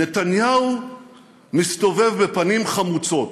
נתניהו מסתובב בפנים חמוצות,